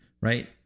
right